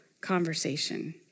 conversation